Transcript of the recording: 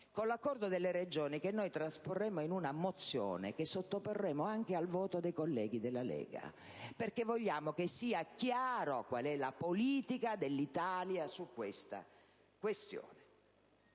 dell'accordo con le Regioni noi la trasporremo in una mozione che sottoporremo anche al voto dei colleghi della Lega, perché vogliamo che sia chiaro qual è la politica dell'Italia su tale questione.